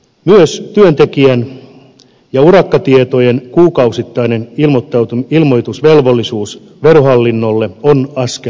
myös työntekijän ja urakkatietojen kuukausittainen ilmoitusvelvollisuus verohallinnolle on askel oikeaan suuntaan